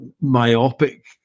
myopic